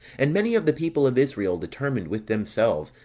and many of the people of israel determined with themselves,